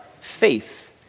faith